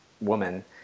woman